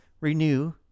renew